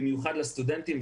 במיוחד לסטודנטים.